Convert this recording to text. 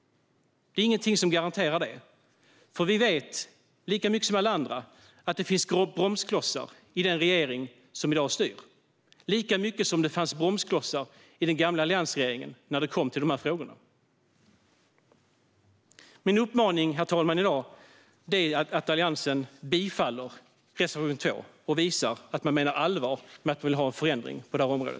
Det är inget som garanterar det. Vi vet lika mycket som alla andra att det finns bromsklossar i den regering som i dag styr, lika mycket som det fanns bromsklossar i alliansregeringen när det kom till dessa frågor. Herr talman! Min uppmaning till Alliansen är att bifalla reservation 2 och därigenom visa att man menar allvar med att man vill ha en förändring på detta område.